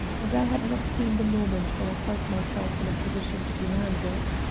and i had not seen the moment when i felt myself in a position to demand it.